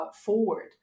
forward